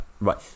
Right